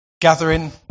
gathering